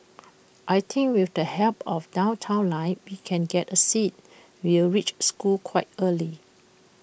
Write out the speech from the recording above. I think with the help of downtown line we can get A seat we'll reach school quite early